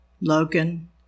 Logan